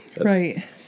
Right